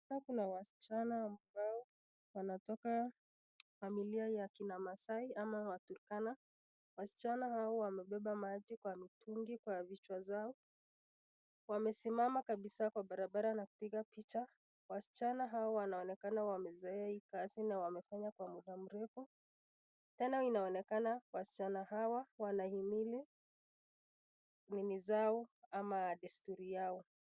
Hapa Kuna wasichana ambao wanatoka familia ya akina Masai ama waturukana . Wasichana hao wamebeba maji kwa mtungi kwa vichwa zao . Wamesimama kabisa kwa barabara na kupiga picha. Wasichana hawa wanaonekana wamezoea hii kazi , na wamefanya kwa muda mrefu. Tena unaonekana wasichana hawa wanahimili mila zao ama desturi zao.